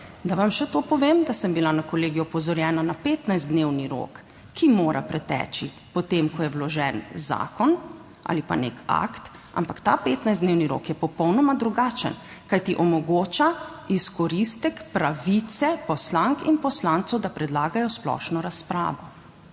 Da vam še to povem, da sem bila na Kolegiju opozorjena na 15-dnevni rok, ki mora preteči po tem, ko je vložen zakon ali pa nek akt, ampak ta 15-dnevni rok je popolnoma drugačen, kajti omogoča izkoristek pravice poslank in poslancev, da predlagajo splošno razpravo.